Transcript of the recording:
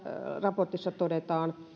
raportissa todetaan